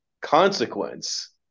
consequence